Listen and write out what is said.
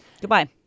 Goodbye